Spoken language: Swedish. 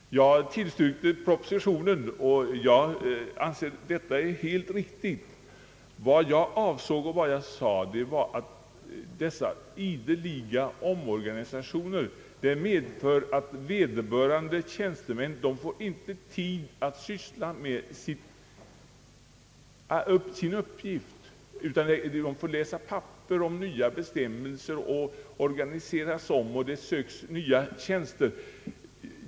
Jag tillstyrkte propositionen, och jag anser att förslaget i propositionen är helt riktigt. Vad jag avsåg med mitt uttalande var att dessa ideliga omorganisationer medförde att vederbörande tjänstemän inte fick tid att syssla med sina egentliga arbetsuppgifter — de fick läsa papper om nya bestämmelser, de omorganiserade och de sökte nya tjänster.